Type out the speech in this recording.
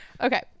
Okay